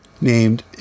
named